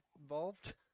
involved